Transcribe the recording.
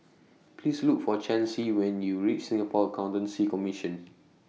Please Look For Chancey when YOU REACH Singapore Accountancy Commission